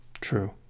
True